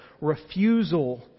refusal